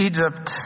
Egypt